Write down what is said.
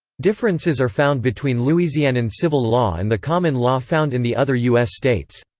differences are found between louisianan civil law and the common law found in the other u s. states.